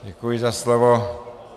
Děkuji za slovo.